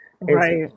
Right